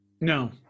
No